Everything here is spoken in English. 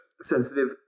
sensitive